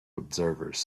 observers